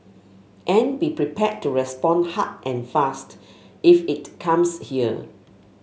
and be prepared to respond hard and fast if it comes here